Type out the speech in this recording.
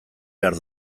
behar